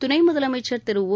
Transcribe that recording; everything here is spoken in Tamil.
துணை முதலமைச்சர் திரு ஓ